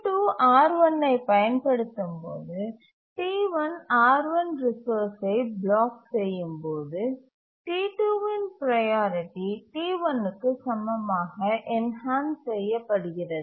T2 R1 ஐப் பயன்படுத்தும் போது T1 R1 ரிசோர்ஸ்சை பிளாக் செய்யும் போது T2 இன் ப்ரையாரிட்டி T1க்கு சமமாக என்ஹான்ஸ் செய்ய படுகிறது